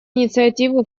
инициативы